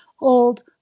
old